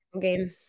game